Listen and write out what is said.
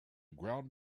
ground